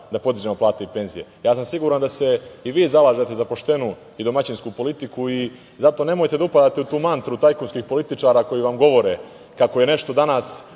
da podižemo plate i penzije. Siguran sam da se i vi zalažete za poštenu i domaćinsku politiku i zato nemojte da upadate u tu mantru tajkunskih političara koji vam govore kako je nešto danas